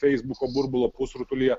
feisbuko burbulo pusrutulyje